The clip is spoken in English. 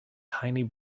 tiny